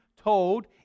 told